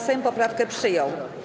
Sejm poprawkę przyjął.